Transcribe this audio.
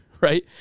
right